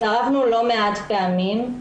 התערבנו לא מעט פעמים,